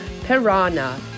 Piranha